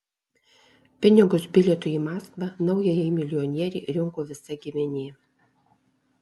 pinigus bilietui į maskvą naujajai milijonierei rinko visa giminė